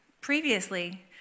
Previously